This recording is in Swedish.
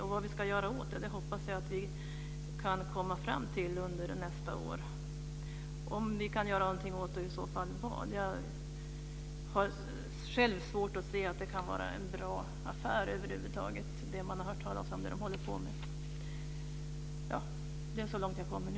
Om vi kan göra något åt det och i så fall vad hoppas jag att vi kan komma fram till under nästa år. Jag har själv svårt att se att det man håller på med över huvud taget kan vara en bra affär. Det var så långt jag kommer nu.